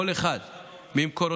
כל אחד ממקורותיו,